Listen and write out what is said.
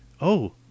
Oh